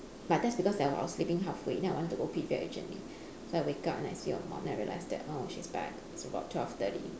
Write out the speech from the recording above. but that's because I was sleeping halfway then I want to go pee very urgently so I wake up and I see your mum then I realised that oh she's back it's about twelve thirty